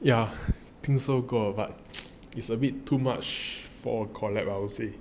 yeah 听说过 but it's a bit too much for collab I would say